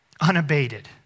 unabated